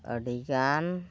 ᱟᱹᱰᱤᱜᱟᱱ